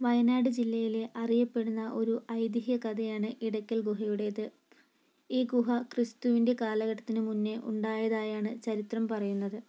വയനാട് ജില്ലയിലെ അറിയപ്പെടുന്ന ഒരു ഐതിഹ്യ കഥയാണ് ഇടയ്ക്കൽ ഗുഹയുടേത് ഈ ഗുഹ ക്രിസ്തുവിൻ്റെ കാലഘട്ടത്തിന് മുന്നേ ഉണ്ടായതായാണ് ചരിത്രം പറയുന്നത്